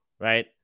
right